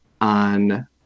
on